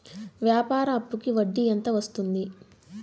వ్యాపార అప్పుకి వడ్డీ ఎంత వస్తుంది?